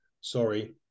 sorry